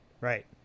Right